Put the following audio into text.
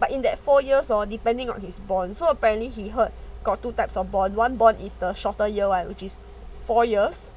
but in that four years hor depending on his bond so apparently he heard got two types of bond one bond is the shorter year [one] which is four years